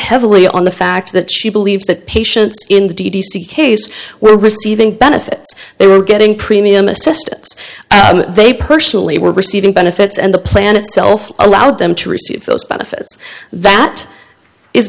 heavily on the fact that she believes that patients in the d c case were receiving benefits they were getting premium assistance and they personally were receiving benefits and the plan itself allowed them to receive those benefits that is